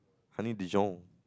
honey dijon